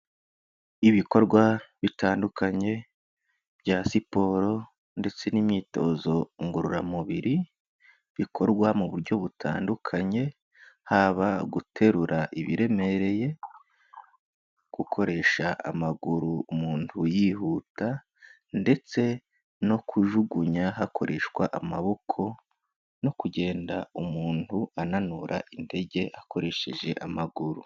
Ibikorwa bitandukanye bya siporo ndetse n'imyitozo ngororamubiri bikorwa mu buryo butandukanye, haba guterura ibiremereye, gukoresha amaguru umuntu yihuta ndetse no kujugunya hakoreshwa amaboko no kugenda umuntu ananura intege akoresheje amaguru.